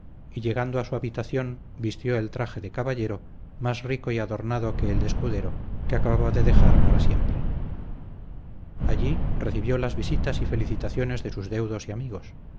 y llegado a su habitación vistió el traje de caballero más rico y adornado que el de escudero que acababa de dejar para siempre allí recibió las visitas y felicitaciones de sus deudos y amigos